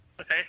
Okay